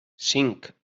cinc